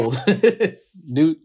New